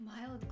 mild